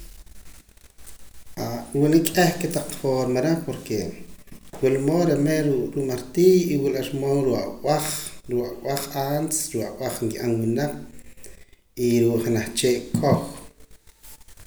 Wula k'ih kotaq forma reh porque wula mood are' mero ruu' martillo y wula ar modo ruu' ab'aj ruu' ab'aj antes ruu' ab'aj nkib'anaq winaq y ruu' junaj chee' kow.